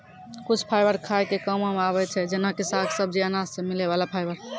कुछ फाइबर खाय के कामों मॅ आबै छै जेना कि साग, सब्जी, अनाज सॅ मिलै वाला फाइबर